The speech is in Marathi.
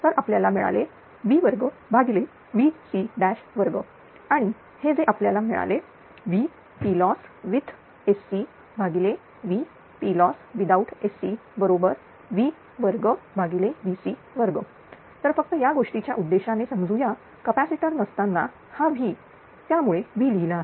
तर आपल्याला मिळाले V वर्ग भागिले Vc' वर्ग आणि हे जे आपल्याला मिळाले Ploss Ploss V2Vc2 तर फक्त या गोष्टीच्या उद्देशाने समजू या कॅपॅसिटर नसताना हा V त्यामुळे V लिहिला आहे